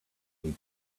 need